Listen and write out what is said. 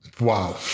Wow